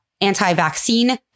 anti-vaccine